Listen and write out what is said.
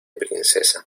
princesa